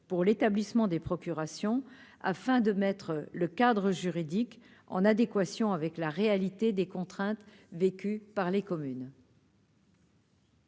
pour l'établissement des procurations afin de mettre le cadre juridique en adéquation avec la réalité des contraintes vécues par les communes.